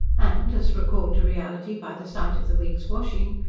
and as, recalled to reality by the sight of the week's washing,